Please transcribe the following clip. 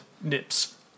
Nips